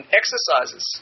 exercises